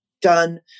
done